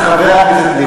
חבר הכנסת ליפמן.